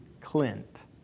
Clint